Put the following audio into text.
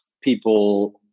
people